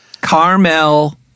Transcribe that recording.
Carmel